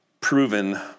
proven